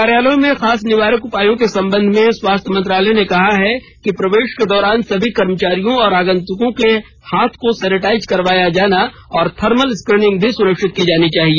कार्यालयों में खास निवारक उपायों के संबंध में स्वास्थ्य मंत्रालय ने कहा कि प्रवेश के दौरान सभी कर्मचारियों और आगंतुकों के हाथ को सेनिटाइज करवाया जाना और थर्मल स्क्रीनिंग भी सुनिश्चित की जानी चाहिए